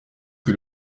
que